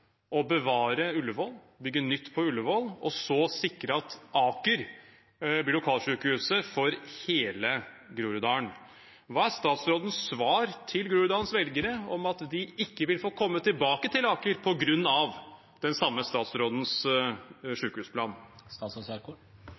å bevare Ullevål og å bygge nytt på Ullevål, og så sikre at Aker blir lokalsykehus for hele Groruddalen. Hva er statsrådens svar til Groruddalens velgere om at de ikke vil få komme tilbake til Aker på grunn av den samme statsrådens